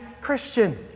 Christian